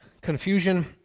confusion